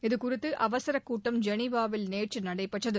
இது குறித்து அவசர கூட்டம் ஜெனிவாவில் நேற்று நடைபெற்றது